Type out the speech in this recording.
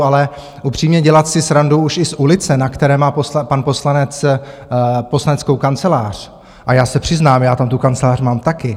Ale upřímně, dělat si srandu už i z ulice, na které má poslanec poslaneckou kancelář a já se přiznám, já tam tu kancelář mám taky.